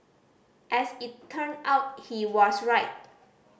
as it turned out he was right